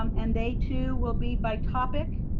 um and they too will be by topic.